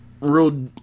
real